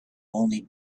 only